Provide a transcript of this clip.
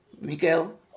Miguel